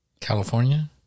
California